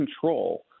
control